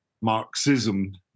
Marxism